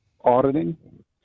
auditing